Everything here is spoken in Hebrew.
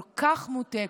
כל כך מוטה,